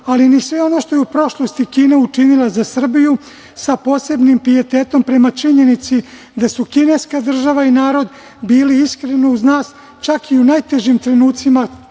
ali ni sve ono što je u prošlosti Kina učinila za Srbiju sa posebnim pijetetom prema činjenici da su kineska država i narod bili iskreno uz nas, čak i u najtežim trenucima,